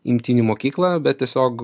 imtynių mokyklą bet tiesiog